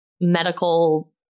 medical